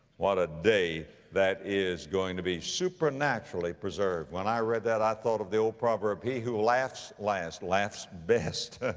what a day that is going to be. supernaturally preserved. when i read that, i though of the old proverb, he who laughs last laughs best.